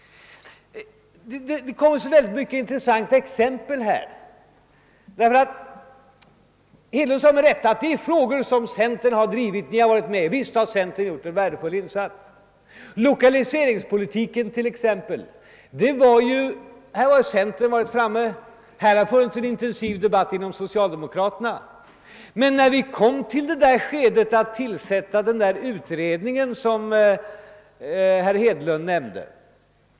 Det har framförts så många intressanta exempel här. Herr Hedlund sade med rätta att centern har drivit på i vissa frågor, och visst har centern gjort en värdefull insats t.ex. beträffande lokaliseringspolitiken. Där har centern hållit sig framme och där har förts en intensiv debatt även inom socialdemokratin. Men vilka var det som röstade för när vi skulle tillsätta den där utredningsen herr Hedlund nämnde?